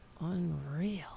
Unreal